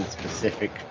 specific